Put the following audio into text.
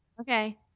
Okay